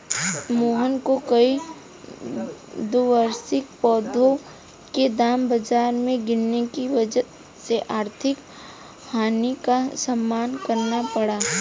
मोहन को कई द्विवार्षिक पौधों के दाम बाजार में गिरने की वजह से आर्थिक हानि का सामना करना पड़ा